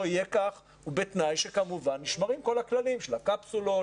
יהיה כך ובתנאי שכמובן נשמרים כל הכללים של הקפסולות,